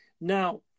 now